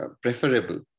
preferable